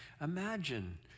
Imagine